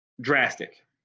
drastic